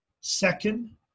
Second